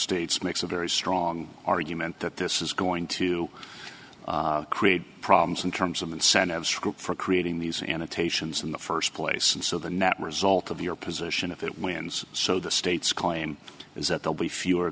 states makes a very strong argument that this is going to create problems in terms of incentives for creating these annotations in the st place and so the net result of your position if it wins so the states claim is that they'll be fewer